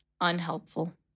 unhelpful